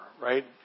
right